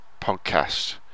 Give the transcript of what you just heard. podcast